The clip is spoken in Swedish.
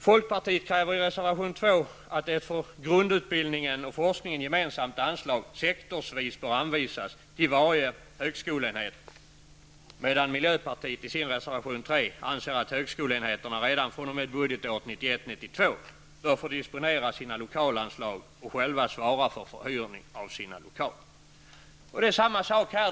Folkpartiet kräver i reservation 2 att ett för grundutbildningen och forskningen gemensamt anslag sektorsvis bör anvisas till varje högskoleenhet, medan miljöpartiet i sin reservation budgetåret 1991/92 bör få disponera sina lokalanslag och själva svara för förhyrning av sina lokaler. Det är samma sak här.